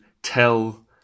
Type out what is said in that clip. tell